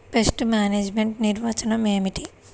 Pest management నిర్వచనం ఏమిటి?